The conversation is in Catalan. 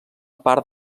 part